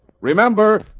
Remember